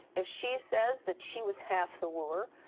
if she says that she was half the wooer,